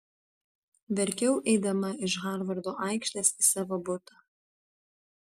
verkiau eidama iš harvardo aikštės į savo butą